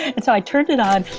and so i turned it on,